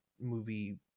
movie